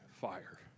fire